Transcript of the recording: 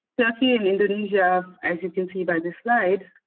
turkey and indonesia, as you can see by this slide,